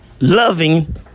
Loving